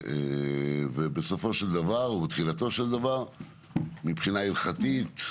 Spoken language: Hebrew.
מבחינה הלכתית,